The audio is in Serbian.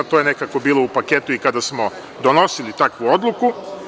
To je nekako bilo u paketu i kada smo donosili takvu odluku.